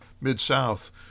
mid-south